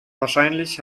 wahrscheinlich